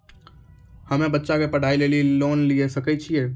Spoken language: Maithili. हम्मे बच्चा के पढ़ाई लेली लोन लिये सकय छियै?